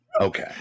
Okay